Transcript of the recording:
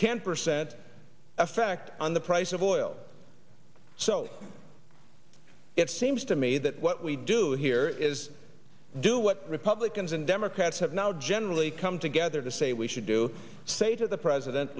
ten percent effect on the price of oil so it seems to me that what we do here is do what republicans and democrats have now generally come together to say we should do say to the president